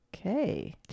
Okay